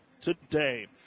today